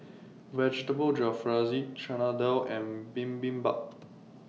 Vegetable Jalfrezi Chana Dal and Bibimbap